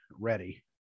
ready